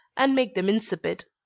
and make them insipid.